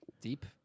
deep